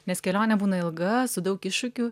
nes kelionė būna ilga su daug iššūkių